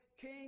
King